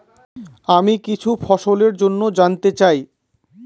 আমি কিছু ফসল জন্য জানতে চাই